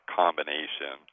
combination